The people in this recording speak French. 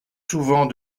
souvent